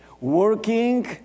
Working